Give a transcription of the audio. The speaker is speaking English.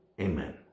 Amen